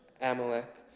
Amalek